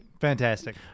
Fantastic